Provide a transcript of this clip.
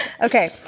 Okay